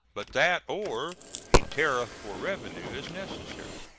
but that or a tariff for revenue is necessary.